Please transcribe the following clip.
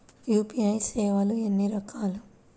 UPI సేవలు ఎన్నిరకాలు?